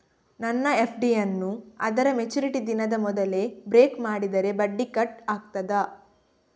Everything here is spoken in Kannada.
ನನ್ನ ಎಫ್.ಡಿ ಯನ್ನೂ ಅದರ ಮೆಚುರಿಟಿ ದಿನದ ಮೊದಲೇ ಬ್ರೇಕ್ ಮಾಡಿದರೆ ಬಡ್ಡಿ ಕಟ್ ಆಗ್ತದಾ?